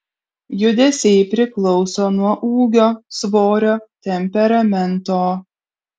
judesiai priklauso nuo ūgio svorio temperamento